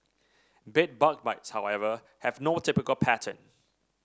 bed bug bites however have no typical pattern